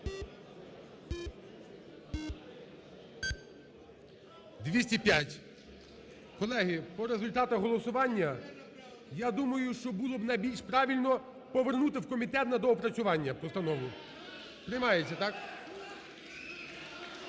205. Колеги, по результатах голосування, я думаю, що було б найбільш правильно повернути в комітет на доопрацювання постанову. Приймається, так?